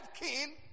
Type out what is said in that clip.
king